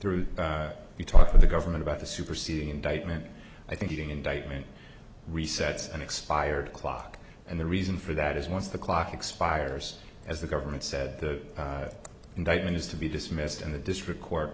through the talk of the government about the superseding indictment i think getting indictment resets unexpired clock and the reason for that is once the clock expires as the government said the indictment is to be dismissed and the district court